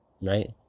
right